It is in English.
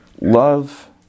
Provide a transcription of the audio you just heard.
Love